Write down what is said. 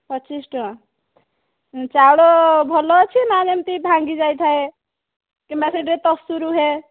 ପଚିଶ ଟଙ୍କା ଚାଉଳ ଭଲ ଅଛି ନା ଯେମିତି ଭାଙ୍ଗିଯାଇଥାଏ କିମ୍ବା ସେଥିରେ ତସୁ ରୁହେ